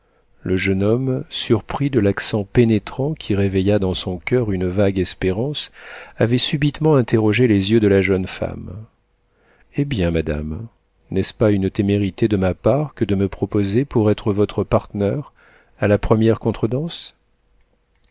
le jeune homme surpris de l'accent pénétrant qui réveilla dans son coeur une vague espérance avait subitement interrogé les yeux de la jeune femme eh bien madame n'est-ce pas une témérité de ma part que de me proposer pour être votre partner à la première contredanse